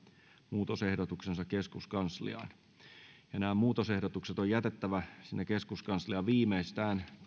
muutosehdotuksensa keskuskansliaan muutosehdotukset on jätettävä keskuskansliaan viimeistään